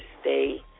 stay